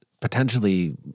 potentially